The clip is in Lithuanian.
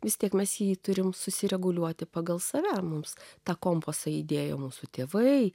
vis tiek mes jį turime susireguliuoti pagal save mums tą kompasą įdėjo mūsų tėvai